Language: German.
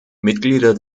mitglieder